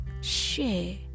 share